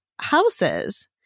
houses